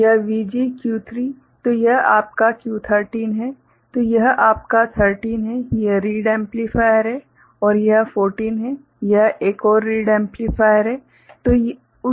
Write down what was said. तो यह VG Q3 तो यह आपका Q13 है तो यह आपका 13 है यह रीड एम्पलीफायर है और यह 14 है यह एक और रीड एम्पलीफायर है